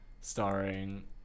starring